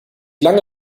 lange